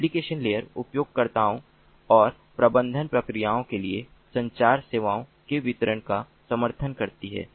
application layer उपयोगकर्ताओं और प्रबंधन प्रक्रियाओं के लिए संचार सेवाओं के वितरण का समर्थन करती है